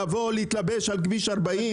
לבוא להתלבש על כביש 40?